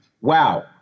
wow